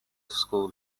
school